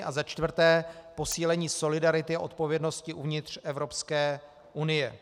A za čtvrté, posílení solidarity a odpovědnosti uvnitř Evropské unie.